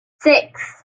six